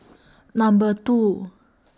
Number two